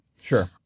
Sure